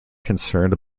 concerned